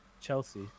Chelsea